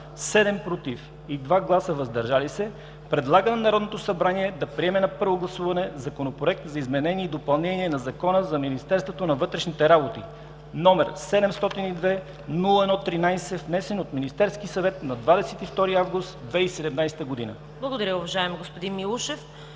„против“ и 2 гласа „въздържал се“ предлага на Народното събрание да приеме на първо гласуване Законопроект за изменение и допълнение на Закона за Министерството на вътрешните работи, № 702-01-13, внесен от Министерски съвет на 22 август 2017 г.“ ПРЕДСЕДАТЕЛ ЦВЕТА КАРАЯНЧЕВА: Благодаря, уважаеми господин Милушев.